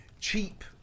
cheap